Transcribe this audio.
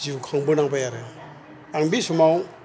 जिउ खांबोनांबाय आरो आं बि समाव